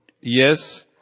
Yes